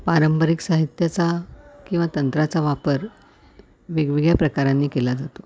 पारंपरिक साहित्याचा किंवा तंत्राचा वापर वेगवेगळ्या प्रकारांनी केला जातो